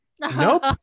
Nope